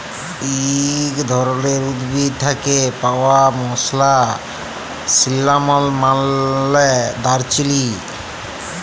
ইক ধরলের উদ্ভিদ থ্যাকে পাউয়া মসলা সিল্লামল মালে দারচিলি